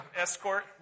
escort